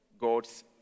God's